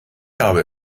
habe